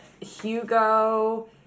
Hugo